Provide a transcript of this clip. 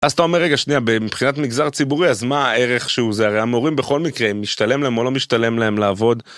אז אתה אומר, רגע שנייה, מבחינת מגזר ציבורי, אז מה הערך שהוא זה? הרי המורים בכל מקרה, אם משתלם להם או לא משתלם להם לעבוד.